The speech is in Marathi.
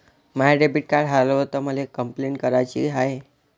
माय डेबिट कार्ड हारवल तर मले कंपलेंट कराची हाय